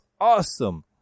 awesome